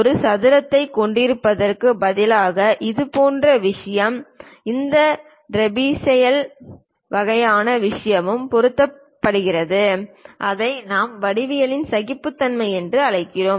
ஒரு சதுரத்தைக் கொண்டிருப்பதற்குப் பதிலாக இதுபோன்ற விஷயம் இந்த ட்ரெப்சாய்டல் வகையான விஷயமும் பொறுத்துக்கொள்ளப்படலாம் அதையே நாம் வடிவியல் சகிப்புத்தன்மை என்று அழைக்கிறோம்